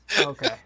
Okay